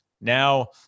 Now